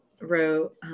wrote